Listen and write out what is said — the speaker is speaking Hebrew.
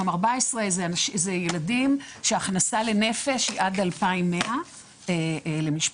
גם 14. זה ילדים שההכנסה לנפש היא עד 2,100 למשפחה,